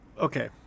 Okay